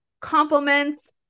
compliments